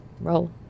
Roll